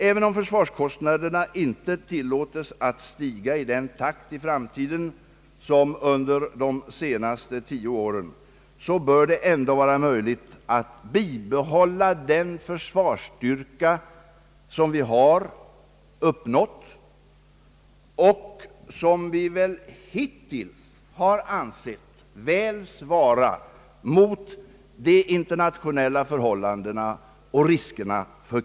Även om försvarskostnaderna nu inte tillåtes stiga i den takt de har gjort under de senaste nio åren, bör det ändå vara möjligt för oss att i stort sett bibehålla vår nuvarande försvarsstyrka vilken — såsom vi hittills varit eniga om — motsvarar de krav den nationella säkerheten ställer. Det är möjligt att detta i så fall förutsätter en i någon mån annan inriktning av försvarsutbyggnaden än den som vi har och den som vi kanske också planerat för.